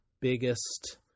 biggest